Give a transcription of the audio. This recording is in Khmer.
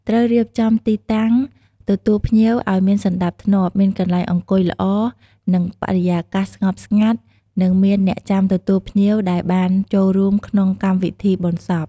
ត្រូវរៀបចំទីតាំងទទួលភ្ញៀវឲ្យមានសណ្តាប់ធ្នាប់ មានកន្លែងអង្គុយល្អ និងបរិយាកាសស្ងប់ស្ងាត់និងមានអ្នកចាំទទួលភ្ញៀវដែលបានចូលរួមក្នុងកម្មវិធីបុណ្យសព។